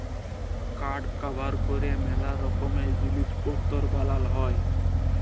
কাঠ ব্যাভার ক্যরে ম্যালা রকমের জিলিস পত্তর বালাল হ্যয়